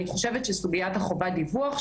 אני חושבת שסוגיית חובת הדיווח,